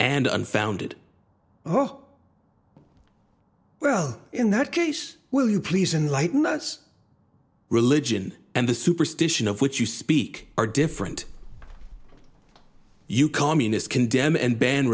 and unfounded oh well in that case will you please enlighten us religion and the superstition of which you speak are different you communists condemn and ban